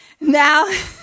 now